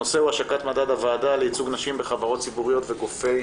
הנושא הוא השקת מדד הוועדה לייצוג נשים בחברות ציבוריות וגופי